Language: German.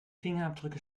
fingerabdrücke